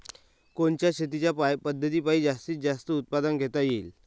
कोनच्या शेतीच्या पद्धतीपायी जास्तीत जास्त उत्पादन घेता येईल?